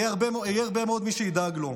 יהיו הרבה מאוד מי שידאגו לו.